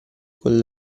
col